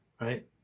right